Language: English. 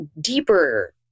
deeper